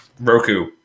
Roku